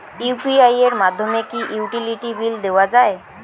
UPI এর মাধ্যমে কি ইউটিলিটি বিল দেওয়া যায়?